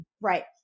right